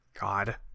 God